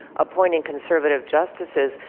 appointing conservative justices.